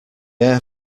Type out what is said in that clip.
air